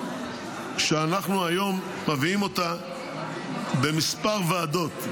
היום אנחנו מביאים אותה במספר ועדות,